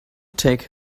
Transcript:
take